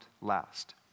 last